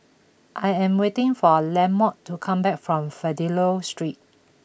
I am waiting for Lamont to come back from Fidelio Street